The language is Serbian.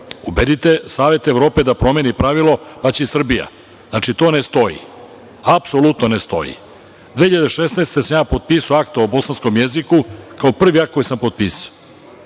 Ubedite Savet Evrope da promeni pravilo, pa će i Srbija. Znači, to ne stoji. Apsolutno ne stoji. Godine 2016. sam potpisao akt o bosanskom jeziku kao prvi akt koji sam potpisao.